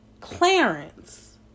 Clarence